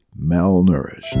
malnourished